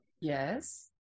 yes